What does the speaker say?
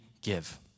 give